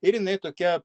ir jinai tokia